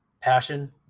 passion